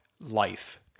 life